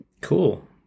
Cool